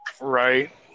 Right